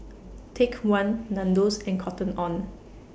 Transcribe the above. Take one Nandos and Cotton on